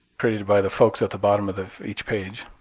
created by the folks at the bottom of of each page.